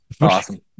Awesome